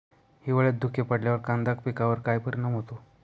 हिवाळ्यात धुके पडल्यावर कांदा पिकावर काय परिणाम होतो?